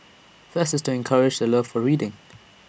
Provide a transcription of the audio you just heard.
fest is to encourage the love for reading